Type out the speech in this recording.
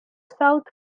south